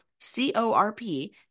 C-O-R-P